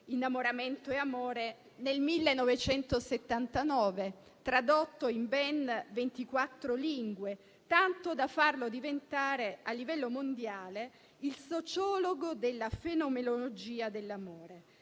«Innamoramento e amore» del 1979, tradotto in ben 24 lingue, tanto da valergli il riconoscimento a livello mondiale come sociologo della fenomenologia dell'amore,